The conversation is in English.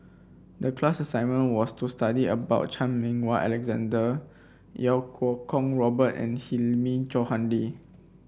the class assignment was to study about Chan Meng Wah Alexander Iau Kuo Kwong Robert and Hilmi Johandi